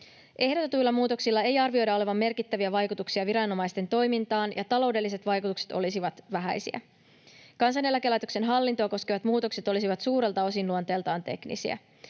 Ehdotetuilla muutoksilla ei arvioida olevan merkittäviä vaikutuksia viranomaisten toimintaan ja taloudelliset vaikutukset olisivat vähäisiä. Kansaneläkelaitoksen hallintoa koskevat muutokset olisivat suurelta osin luonteeltaan teknisiä.